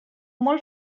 molt